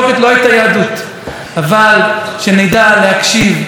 לנסות להבין ולהכיל את הדעות האחרות.